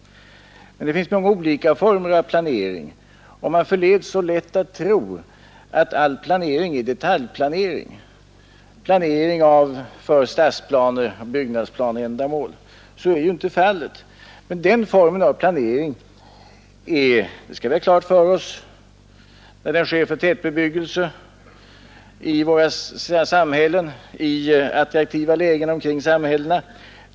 Det finns många olika former av planering, och man förleds lätt att tro att all planering är detaljplanering, planering för stadsplaneoch byggnadsplaneändamål. Så är dock inte fallet. Den formen av planering — det bör vi ha klart för oss — sker för tätbebyggelse i våra samhällen och i attraktiva lägen omkring samhällena.